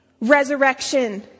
resurrection